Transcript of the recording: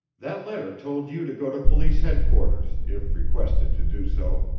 that letter told you to go to police headquarters, if requested to do so,